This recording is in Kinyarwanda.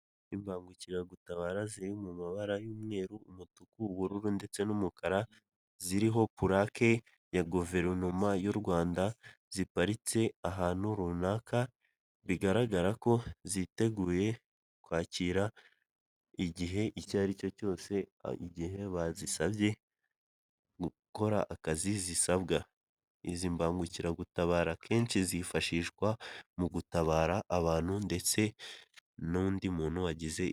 Imbangukiragutabara ziri mu mabara y'umweru umutuku, ubururu ndetse n'umukara ziriho purake ya guverinoma y'u Rwanda, ziparitse ahantu runaka bigaragara ko ziteguye kwakira igihe icyo aricyo cyose igihe bazisabye gukora akazi zisabwa. Izi mbangukiragutabara akenshi zifashishwa mu gutabara abantu ndetse n'undi muntu wagize.